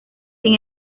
sin